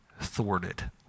thwarted